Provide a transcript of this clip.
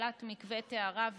הפעלת מקווה טהרה ועוד.